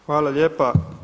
Hvala lijepa.